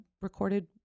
recorded